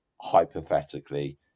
hypothetically